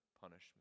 punishment